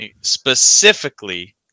specifically